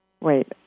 Wait